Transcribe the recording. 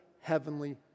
heavenly